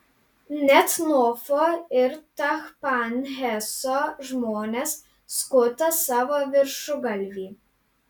net nofo ir tachpanheso žmonės skuta savo viršugalvį